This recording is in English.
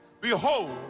behold